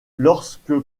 lorsque